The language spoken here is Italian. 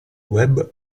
web